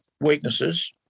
weaknesses